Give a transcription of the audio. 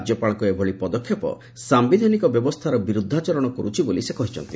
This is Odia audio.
ରାଜ୍ୟପାଳଙ୍କ ଏଭଳି ପଦକ୍ଷେପ ସାୟିଧାନିକ ବ୍ୟବସ୍ଥାର ବିରୁଦ୍ଧାଚରଣ କରୁଛି ବୋଲି ସେ କହିଛନ୍ତି